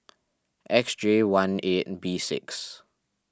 X J one eight B six